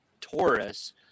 Taurus